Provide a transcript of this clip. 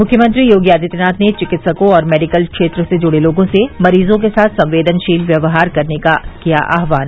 मुख्यमंत्री योगी आदित्यनाथ ने चिकित्सकों और मेडिकल क्षेत्र से जुड़े लोगों से मरीजों के साथ संवेदनशील व्यवहार करने का किया आह्वान